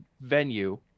venue